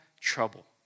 trouble